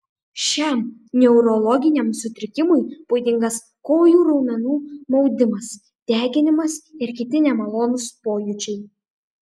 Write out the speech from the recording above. šiam neurologiniam sutrikimui būdingas kojų raumenų maudimas deginimas ir kiti nemalonūs pojūčiai